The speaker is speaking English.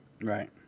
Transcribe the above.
Right